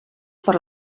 per